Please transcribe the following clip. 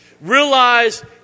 Realize